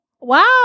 Wow